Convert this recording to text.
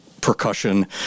percussion